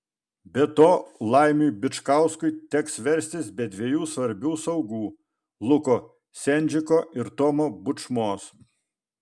be to laimiui bičkauskui teks verstis be dviejų svarbių saugų luko sendžiko ir tomo bučmos